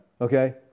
Okay